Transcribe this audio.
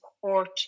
support